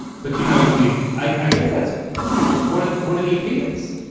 but you know i mean i guess that's one of one of the appeals.